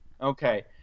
okay